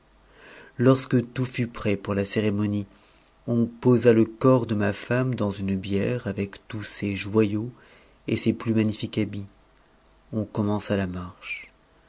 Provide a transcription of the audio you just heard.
lorsque tout fut prêt pour la cérémonie on posa le corps de ma femme dans une bière avec tous ses joyaux et ses plus magnifiques habits on o'uuiença la marche